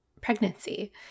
pregnancy